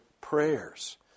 prayers